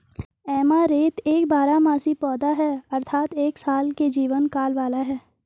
amaranth एक बारहमासी पौधा है अर्थात एक साल के जीवन काल वाला है